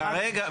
כרגע,